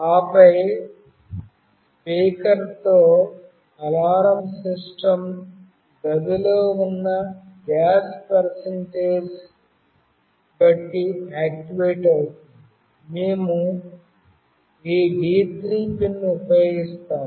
ఆపై స్పీకర్తో alarm system గదిలో ఉన్న గ్యాస్ పెర్సెంటజీ బట్టి ఆక్టివేట్ అవుతుంది మేము ఈ D3 పిన్ను ఉపయోగిస్తాము